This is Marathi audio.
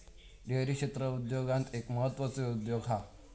डेअरी क्षेत्र उद्योगांत एक म्हत्त्वाचो उद्योग हा